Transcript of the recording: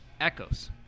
echoes